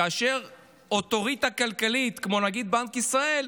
כאשר אוטוריטה כלכלית כמו נגיד בנק ישראל,